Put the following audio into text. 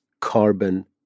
carbon